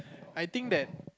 I think that